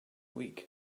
week